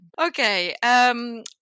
Okay